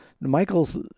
michaels